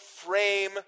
frame